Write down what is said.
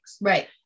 Right